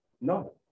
No